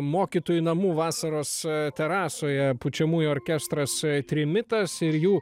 mokytojų namų vasaros terasoje pučiamųjų orkestras trimitas ir jų